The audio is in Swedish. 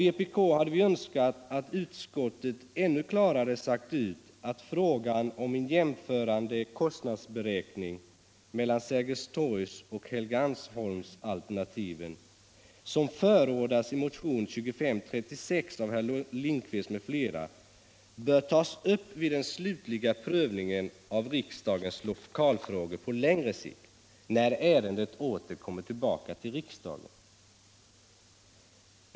Vi hade önskat att utskottet ännu klarare hade sagt ut att frågan om en jämförande kostnadsberäkning mellan Sergels torgs och Helgeandsholmsalternativen, som förordas i motionen 2536 av herr Lindkvist m.fl., bör tas upp vid den slutliga prövningen av riksdagens lokalfrågor på längre sikt när ärendet återkommer till riksdagen.